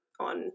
on